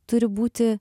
turi būti